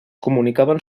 comunicaven